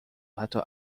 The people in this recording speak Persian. حتا